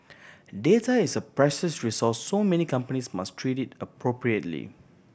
data is a precious resource so many companies must treat it appropriately